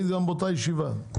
היית גם באותה ישיבה,